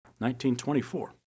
1924